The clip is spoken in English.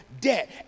debt